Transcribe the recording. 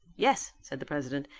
yes, said the president,